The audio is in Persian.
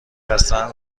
هستن